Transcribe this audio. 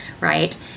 right